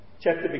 Chapter